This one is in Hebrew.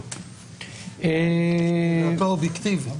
האובייקטיבית.